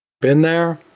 been there,